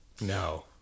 No